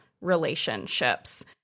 relationships